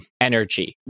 energy